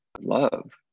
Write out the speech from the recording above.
love